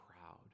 proud